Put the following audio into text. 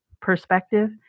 perspective